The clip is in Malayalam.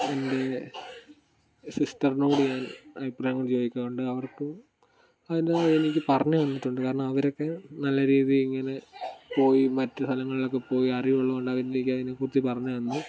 എൻ്റെ സിസ്റ്ററിനോട് ഞാൻ അഭിപ്രായങ്ങൾ ചോദിക്കാറുണ്ട് അവർക്ക് അതിൻ്റെതായ രീതിയിൽ പറഞ്ഞു തന്നിട്ടുണ്ട് കാരണം അവരൊക്കെ നല്ല രീതിയിൽ ഇങ്ങനെ പോയി മറ്റു സ്ഥലങ്ങളിലൊക്കെ പോയി അറിവുള്ളത് കൊണ്ട് അവർ എനിക്ക് അതിനെ കുറിച്ച് പറഞ്ഞു തന്നു